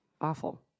awful